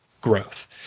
growth